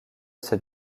ces